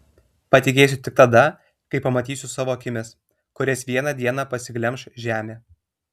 patikėsiu tik tada kai pamatysiu savo akimis kurias vieną dieną pasiglemš žemė